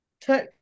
Took